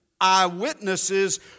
eyewitnesses